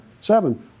seven